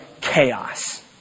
chaos